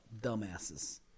dumbasses